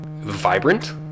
vibrant